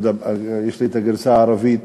יש לי את הגרסה הערבית,